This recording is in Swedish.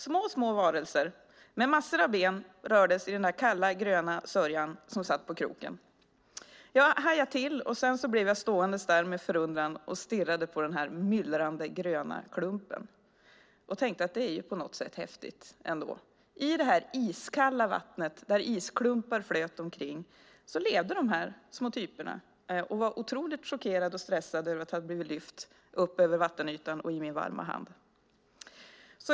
Små, små varelser med massor av ben rörde sig i den där kalla, gröna sörjan som satt på kroken. Jag hajade till, och sedan blev jag stående där och stirrade med förundran på den här myllrande, gröna klumpen. Jag tänkte: Det är ju på något sätt häftigt ändå. I det här iskalla vattnet där isklumpar flöt omkring levde de här små typerna och var otroligt chockerade och stressade över att ha blivit lyfta upp över vattenytan och i min varma hand.